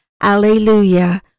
Alleluia